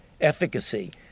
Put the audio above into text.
efficacy